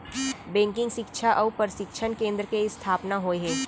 banking सिक्छा अउ परसिक्छन केन्द्र के इस्थापना होय हे